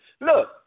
Look